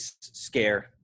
scare